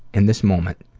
in this moment.